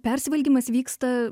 persivalgymas vyksta